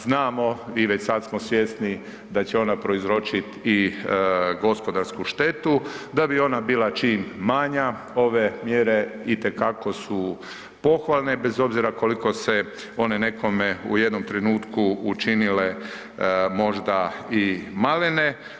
Znamo i već sad smo svjesni da će ona prouzročit i gospodarsku štetu, da bi ona bila čim manja ove mjere itekako su pohvalne bez obzira koliko se one nekome u jednom trenutku učinile možda i malene.